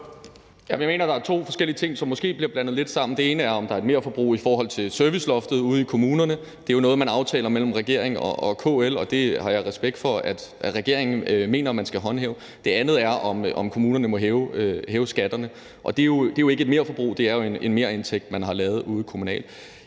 Jeg mener, at der er to forskellige ting, som måske bliver blandet lidt sammen. Det ene er spørgsmålet om, hvorvidt der er et merforbrug i forhold til serviceloftet ude i kommunerne – det er jo noget, man aftaler mellem regeringen og KL, og det har jeg respekt for at regeringen mener man skal håndhæve. Det andet er spørgsmålet om, hvorvidt kommunerne må hæve skatterne, og det er jo ikke et merforbrug; det er en merindtægt, man har skabt ude kommunalt.